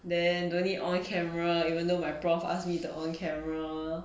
then don't need on camera even though my prof ask me the on camera